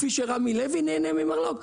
כפי שרמי לוי נהנה ממרלו"ג,